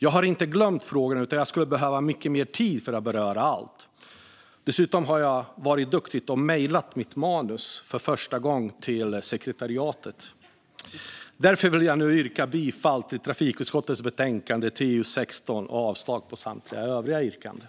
Jag har inte glömt dessa frågor, men jag skulle behöva mycket mer tid för att beröra allt. Dessutom har jag varit duktig och, för första gången, mejlat mitt manus till sekretariatet. Jag vill yrka bifall till förslaget i trafikutskottets betänkande TU6 och avslag på samtliga yrkanden.